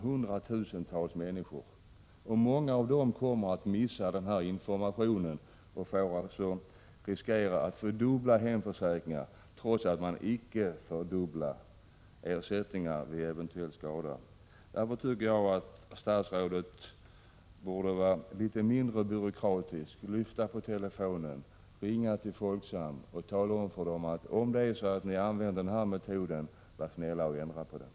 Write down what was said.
Hundratusentals människor berörs, och många av dem kommer att missa den här informationen och riskerar alltså att få dubbla hemförsäkringar, trots att de icke får dubbla ersättningar vid eventuell skada. Därför tycker jag att statsrådet borde vara litet mindre byråkratisk, lyfta telefonluren, ringa till Folksam och tala om för vederbörande att om ni använder den här metoden, så var snälla och ändra på den.